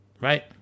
right